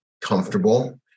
comfortable